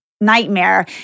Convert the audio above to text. nightmare